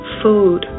food